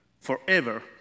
forever